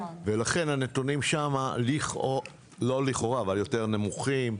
ולכן, הנתונים שם הם יותר נמוכים.